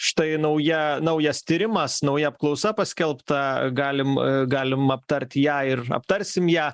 štai nauja naujas tyrimas nauja apklausa paskelbta galim galim aptarti ją ir aptarsim ją